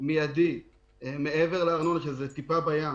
ומידי מעבר לארנונה שזה טיפה בים